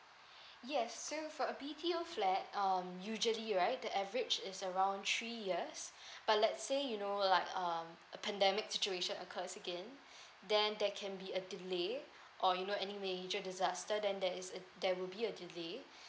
yes so for a B_T_O flat um usually right the average is around three years but let say you know like um a pandemic situation occurs again then that can be a delay or you know any major disaster then there is a there will be a delay